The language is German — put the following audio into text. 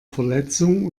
verletzung